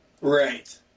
Right